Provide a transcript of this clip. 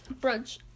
brunch